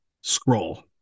Scroll